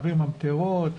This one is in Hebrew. מעביר ממטרות,